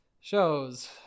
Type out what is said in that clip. shows